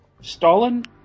Stalin